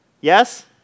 Yes